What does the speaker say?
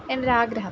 എൻറ്റൊരാഗ്രഹം